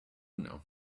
now